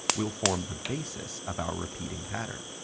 we'll form the basis of our repeating pattern.